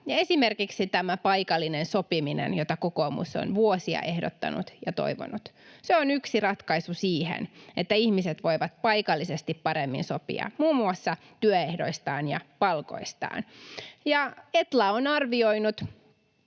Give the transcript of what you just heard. Esimerkiksi tämä paikallinen sopiminen, jota kokoomus on vuosia ehdottanut ja toivonut, on yksi ratkaisu siihen, että ihmiset voivat paikallisesti paremmin sopia muun muassa työehdoistaan ja palkoistaan. Etla on kertonut